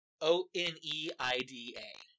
O-N-E-I-D-A